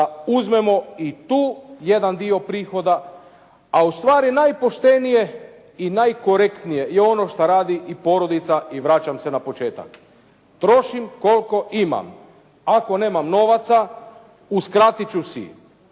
da uzmemo i tu jedan dio prihoda, a ustvari najpoštenije i najkorektnije i ono šta radi i porodica i vraćam se na početak. Trošim koliko imam. Ako nemam novaca uskratit ću si